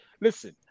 listen